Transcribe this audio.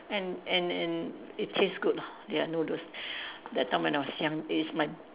and and and it taste good lah their noodles that time when I was young age my